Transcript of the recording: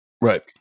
Right